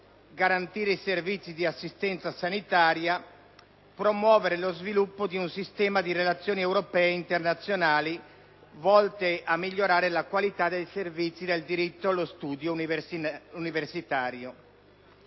garantire i servizi di assistenza sanitaria; promuovere lo sviluppo di un sistema di relazioni europee ed internazionali volto a migliorare la qualita` dei servizi del diritto allo studio universitario.